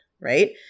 right